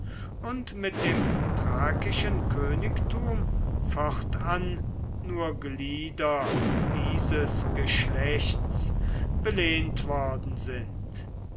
und mit dem thrakischen königtum fortan nur glieder dieses geschlechts belehnt worden sind